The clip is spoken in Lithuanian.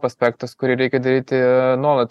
aspektas kurį reikia daryti nuolat